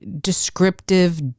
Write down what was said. descriptive